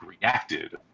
reacted